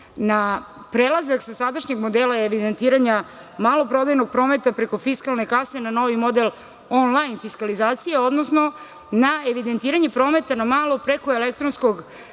na prelazak sa sadašnjeg modela evidentiranja maloprodajnog prometa preko fiskalne kase na novi model on-lajn fiskalizacije, odnosno na evidentiranje prometa na malo preko elektronskog